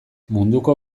munduko